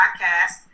podcast